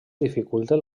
dificulten